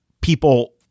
people